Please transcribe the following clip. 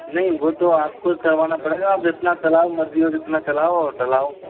नहीं वो तो आपको ही करवाना पड़ेगा आप जितना चलाओ मर्ज़ी हो जितना चलाओ और डलाओ